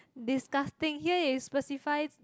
disgusting here is specify